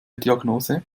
diagnose